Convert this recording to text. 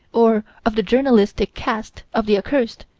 or of the journalistic caste of the accursed,